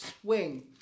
swing